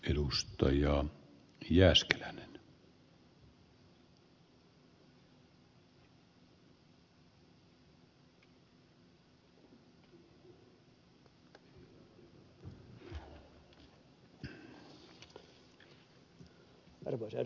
arvoisa eduskunnan puhemies